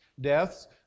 deaths